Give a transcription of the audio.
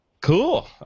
Cool